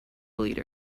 leader